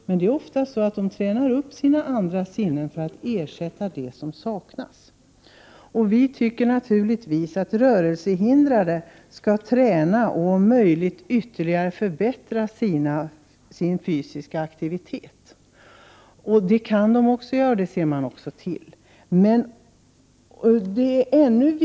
Men de tränar ofta upp sina andra sinnen för att ersätta det som saknas. Vi tycker naturligtvis att rörelsehindrade skall träna och om möjligt ytterligare förbättra sin fysiska aktivitet, vilket man också ser till att de gör.